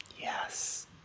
Yes